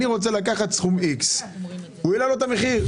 רוצה לקחת סכום X. הוא העלה לו את המחיר.